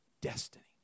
Destiny